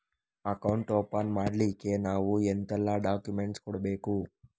Account open ಮಾಡ್ಲಿಕ್ಕೆ ನಾವು ಎಂತೆಲ್ಲ ಡಾಕ್ಯುಮೆಂಟ್ಸ್ ಕೊಡ್ಬೇಕು?